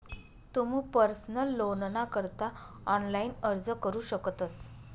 तुमू पर्सनल लोनना करता ऑनलाइन अर्ज करू शकतस